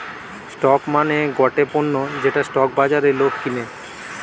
stock মানে গটে পণ্য যেটা স্টক বাজারে লোক কিনে